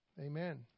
Amen